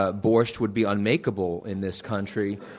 ah borscht would be unmakable in this country,